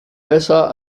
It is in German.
besser